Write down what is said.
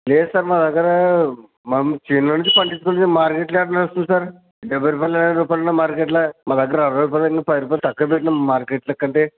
లేదు సార్ మా దగ్గర మా చేనులో నుంచి పండిస్తుంటే మార్కెట్లో ఎట్లా వస్తుంది సార్ డెభై రూపాయలు ఎనభై రూపాయలు ఉన్నాయి మార్కెట్లో మా దగ్గర అరవై రూపాయలు పెట్టాము పది రూపాయలు తక్కువగానే పెట్టాము మార్కెట్ల కంటే